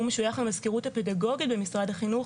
שהוא משויך למזכירות הפדגוגית במשרד החינוך,